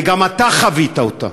וגם אתה חווית אותה,